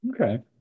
Okay